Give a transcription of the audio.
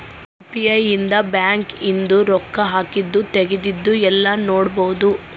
UPI ಇಂದ bank ಇಂದು ರೊಕ್ಕ ಹಾಕಿದ್ದು ತೆಗ್ದಿದ್ದು ಯೆಲ್ಲ ನೋಡ್ಬೊಡು